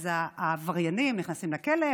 אז העבריינים נכנסים לכלא,